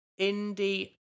indie